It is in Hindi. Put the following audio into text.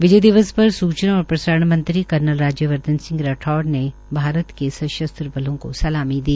विजय दिवस पर सूचना एवं प्रसारण मंत्री कर्नल राज्यवर्धन राठौड़ ने भारत के सशस्त्र बलों को सलामी दी